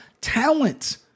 talent